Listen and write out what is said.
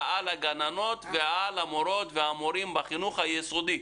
בקרב הגננות והמורות והמורים בחינוך היסודי.